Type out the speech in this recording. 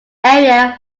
area